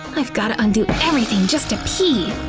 i've gotta undo everything just to pee.